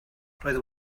roedd